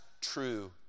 true